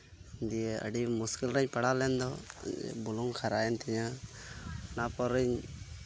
ᱫᱤᱭᱮ ᱟᱹᱰᱤ ᱢᱩᱥᱠᱤᱞ ᱨᱤᱧ ᱯᱟᱲᱟᱣ ᱞᱮᱱ ᱫᱚ ᱵᱩᱞᱩᱝ ᱠᱷᱟᱨᱟᱭᱮᱱ ᱛᱤᱧᱟ ᱚᱱᱟ ᱛᱟᱭᱚᱢ